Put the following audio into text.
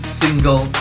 single